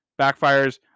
backfires